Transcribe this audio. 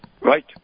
Right